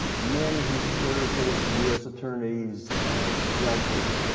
men who'd served as us attorneys judges